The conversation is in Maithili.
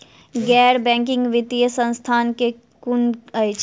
गैर बैंकिंग वित्तीय संस्था केँ कुन अछि?